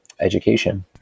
education